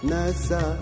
Nasa